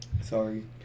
Sorry